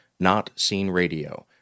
notseenradio